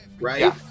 right